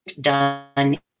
done